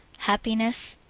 happiness.